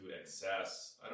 excess